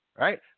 right